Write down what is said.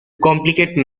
complicate